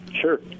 Sure